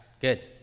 good